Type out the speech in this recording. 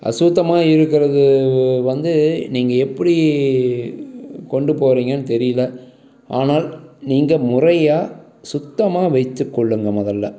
அசுத்தமாக இருக்கிறது வந்து நீங்கள் எப்படி கொண்டு போகறீங்கன்னு தெரியிலை ஆனால் நீங்கள் முறையாக சுத்தமாக வைச்சுக்கொள்ளுங்க முதல்ல